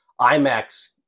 IMAX